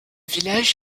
village